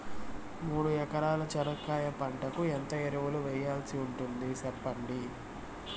మూడు ఎకరాల చెనక్కాయ పంటకు ఎంత ఎరువులు వేయాల్సి ఉంటుంది సెప్పండి?